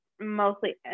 mostly